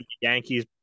yankees